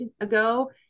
ago